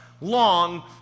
long